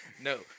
No